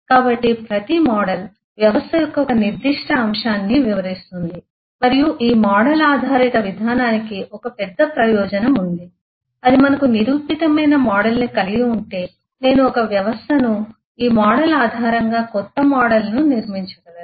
కాబట్టి ప్రతి మోడల్ వ్యవస్థ యొక్క ఒక నిర్దిష్ట అంశాన్ని వివరిస్తుంది మరియు ఈ మోడల్ ఆధారిత విధానానికి ఒక పెద్ద ప్రయోజనం ఉంది అది మనకు నిరూపితమైన మోడల్ను కలిగి ఉంటే నేను ఒక వ్యవస్థను ఈ మోడల్ ఆధారంగా కొత్త మోడల్ ను నిర్మించగలను